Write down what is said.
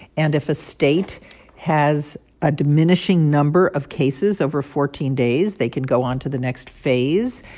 and if a state has a diminishing number of cases over fourteen days, they can go on to the next phase.